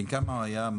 בן כמה הוא היה?